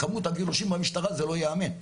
כמות הגירושים במשטרה זה לא יאמן.